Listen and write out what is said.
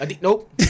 Nope